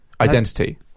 Identity